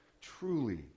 truly